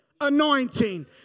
anointing